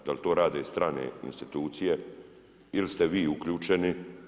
Da li to rade strane institucije ili ste vi uključeni?